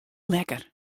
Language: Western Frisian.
lekker